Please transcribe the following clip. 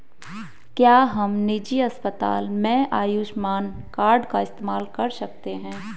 क्या हम निजी अस्पताल में आयुष्मान कार्ड का इस्तेमाल कर सकते हैं?